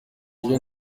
ibyo